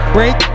Break